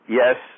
yes